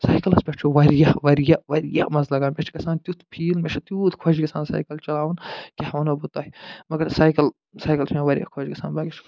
سایکلس پٮ۪ٹھ چھُ وارِیاہ وارِیاہ وارِیاہ مَزٕ لَگان مےٚ چھُ گَژھان تیُتھ فیٖل مےٚ چھُ تیوٗت خۄش گَژھان سایکل چلاوُن کیٛاہ وَنو بہٕ تۄہہِ مگر سایکل سایکل چھُ مےٚ وارِیاہ خۄش گَژھان